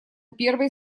первой